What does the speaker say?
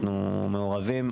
אנחנו מעורבים,